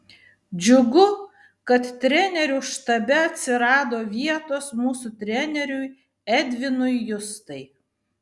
džiugu kad trenerių štabe atsirado vietos mūsų treneriui edvinui justai